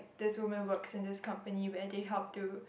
this woman works in this company where they help to